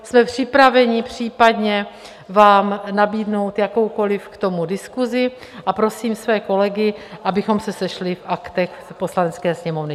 Jsme připraveni případně vám nabídnout jakoukoliv k tomu diskusi a prosím své kolegy, abychom se sešli v Aktech u Poslanecké sněmovny.